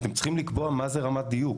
אתם צריכים לקבוע מה היא רמת הדיוק.